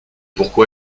pourquoi